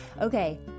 Okay